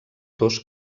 dos